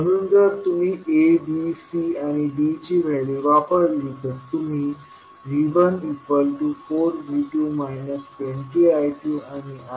म्हणून जर तुम्ही A B C आणि D ची व्हॅल्यू वापरली तर तुम्ही V14V2 20I2 आणि I10